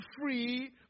free